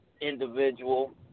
individual